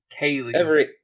Kaylee